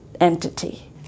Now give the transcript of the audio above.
entity